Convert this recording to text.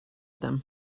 them